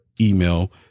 email